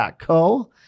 .co